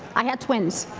i had twins,